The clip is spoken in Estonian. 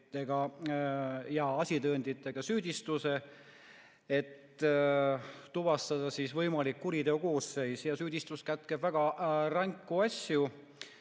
ja asitõenditega süüdistuse, et tuvastada võimalik kuriteokoosseis. Süüdistus kätkeb väga ränki asju: